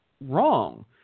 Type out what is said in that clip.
wrong